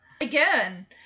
Again